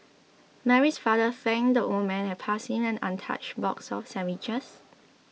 Mary's father thanked the old man and passed him an untouched box of sandwiches